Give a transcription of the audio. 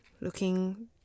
looking